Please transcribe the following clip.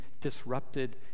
disrupted